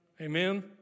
Amen